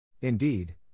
Indeed